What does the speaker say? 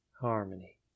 harmony